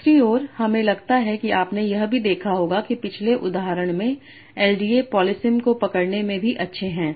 दूसरी ओर हमें लगता है कि आपने यह भी देखा होगा कि पिछले उदाहरण में एलडीए पॉलीसिम को पकड़ने में भी अच्छे हैं